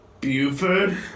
Buford